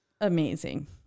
amazing